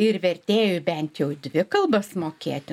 ir vertėjui bent jau dvi kalbas mokėti